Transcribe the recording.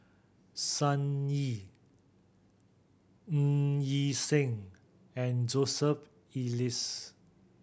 Sun Yee Ng Yi Sheng and Joseph